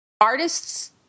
artists